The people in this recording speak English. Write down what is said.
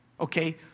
Okay